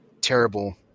terrible